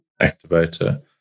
activator